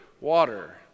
water